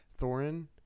Thorin